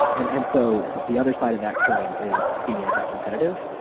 and and so the other side of that coin is being anti-competitive.